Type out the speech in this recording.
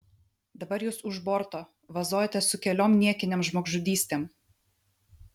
dabar jūs už borto vazojatės su keliom niekinėm žmogžudystėm